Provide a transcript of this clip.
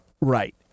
Right